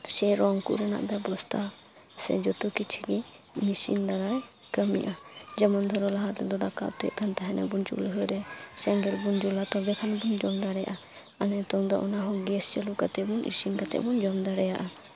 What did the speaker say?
ᱥᱮ ᱨᱚᱝᱠᱚᱨᱮᱱᱟᱜ ᱵᱮᱵᱚᱥᱛᱟ ᱡᱚᱛᱚ ᱠᱤᱪᱷᱤ ᱜᱮ ᱢᱤᱥᱤᱱ ᱫᱟᱨᱟᱭ ᱠᱟᱹᱢᱤᱜᱼᱟ ᱡᱮᱢᱚᱱ ᱫᱷᱚᱨᱚ ᱞᱟᱦᱟ ᱛᱮᱫᱚ ᱫᱟᱠᱟ ᱩᱛᱩᱭᱮᱫ ᱠᱟᱱ ᱛᱟᱦᱮᱱᱟᱵᱚᱱ ᱪᱩᱞᱦᱟᱹ ᱨᱮ ᱥᱮᱸᱜᱮᱞ ᱵᱚᱱ ᱡᱩᱞᱟ ᱛᱚᱵᱮᱠᱷᱟᱱ ᱵᱚᱱ ᱡᱚᱢ ᱫᱟᱲᱮᱭᱟᱜᱼᱟ ᱟᱨ ᱱᱤᱛᱳᱝ ᱫᱚ ᱚᱱᱟ ᱦᱚᱸ ᱜᱮᱥ ᱪᱟᱹᱞᱩ ᱠᱟᱛᱮᱫ ᱵᱚᱱ ᱤᱥᱤᱱ ᱠᱟᱛᱮᱫ ᱵᱚᱱ ᱡᱚᱢ ᱫᱟᱲᱮᱭᱟᱜᱼᱟ